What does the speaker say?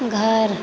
घर